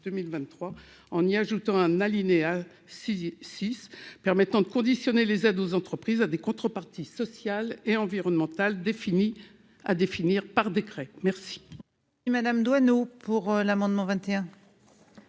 en y ajoutant un alinéa 6 permettant de conditionner les aides aux entreprises à des contreparties sociales et environnementales qui devront être définies par décret.